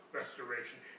restoration